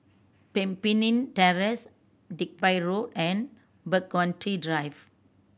Pemimpin Terrace Digby Road and Burgundy Drive